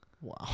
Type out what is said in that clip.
Wow